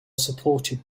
supported